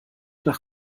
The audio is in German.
nach